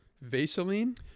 vaseline